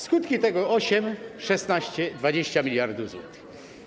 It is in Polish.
Skutki tego: 8, 16, 20 mld zł.